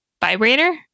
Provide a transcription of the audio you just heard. Vibrator